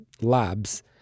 labs